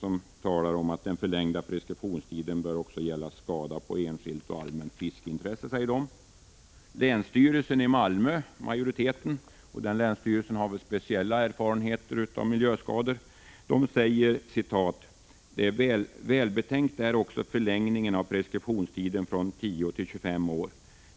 Enligt den bör den förlängda preskriptionstiden också gälla skada på enskilt och allmänt fiskeintresse. Majoriteten i länsstyrelsen i Malmöhus län — och den länsstyrelsen har speciella erfarenheter av miljöskador — säger: ”Välbetänkt är också förlängningen av preskriptionstiden från 10 till 25 år.